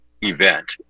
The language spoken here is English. event